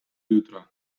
jutra